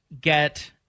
get